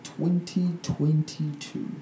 2022